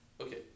Okay